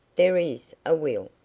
there is a will.